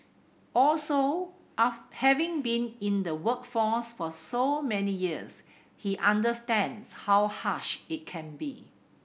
also having been in the workforce for so many years he understands how harsh it can be